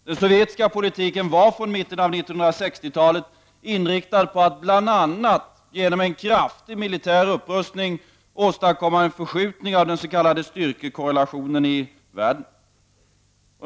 Den sovjetiska politiken var från mitt mitten av 1960-talet inriktad på att bl.a. genom en kraftig militär upprustning åstadkomma en förskjutning av den s.k. styrkekorrelationen i världen.